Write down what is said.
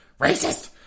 racist